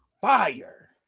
fire